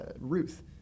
Ruth